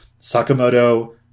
Sakamoto